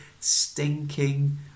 stinking